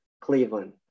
Cleveland